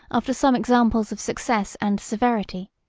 after some examples of success and severity,